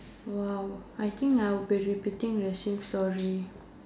uh I think I will be repeating the same story